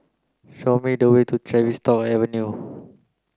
show me the way to Tavistock Avenue